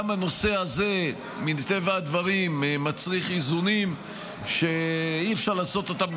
גם הנושא הזה מטבע הדברים מצריך איזונים שאי-אפשר לעשות אותם,